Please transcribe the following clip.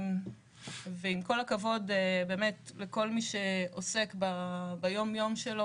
ועם כל הכבוד לכל מי שעוסק ביום יום שלו